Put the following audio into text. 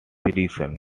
imprison